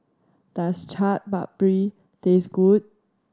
does Chaat Papri taste good